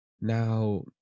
now